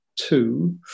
two